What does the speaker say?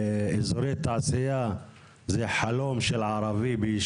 לערבי אזורי תעשייה בישוב הם בגדר חלום,